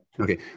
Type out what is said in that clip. Okay